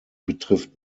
betrifft